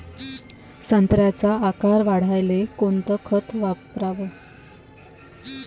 संत्र्याचा आकार वाढवाले कोणतं खत वापराव?